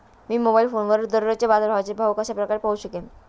मी mobile फोनवर दररोजचे बाजाराचे भाव कशा प्रकारे पाहू शकेल?